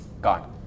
God